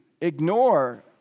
ignore